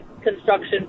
construction